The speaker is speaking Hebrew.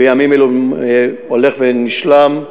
בימים אלו הולך ונשלם,